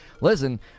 Listen